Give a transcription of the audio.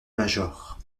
major